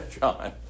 John